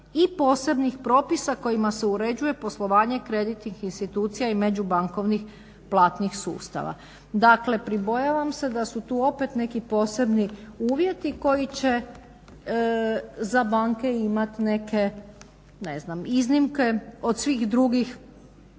i posebnih propisa kojima se uređuje poslovanje kreditnih institucija i međubankovnih platnih sustava. Dakle, pribojavam se da su tu opet neki posebni uvjeti koji će za banke imati neke ne znam iznimke od svih drugih